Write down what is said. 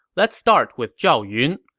let's start with zhao yun.